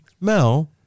Mel